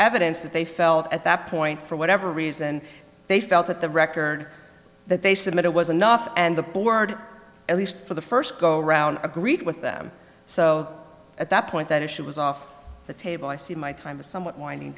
evidence that they felt at that point for whatever reason they felt that the record that they submit was enough and the board at least for the first go around agreed with them so at that point that issue was off the table i see my time is somewhat winding